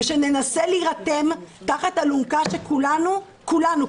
ושננסה להירתם תחת אלונקה שכולנו כולנו,